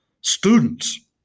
students